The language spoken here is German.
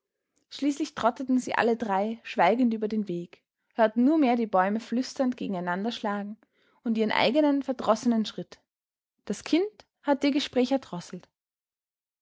schließlich trotteten sie alle drei schweigend über den weg hörten nur mehr die bäume flüsternd gegeneinander schlagen und ihren eigenen verdrossenen schritt das kind hatte ihr gespräch